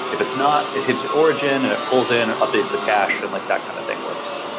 if it's not, it hits your origin and it pulls in, updates the cache and like that kind of thing works.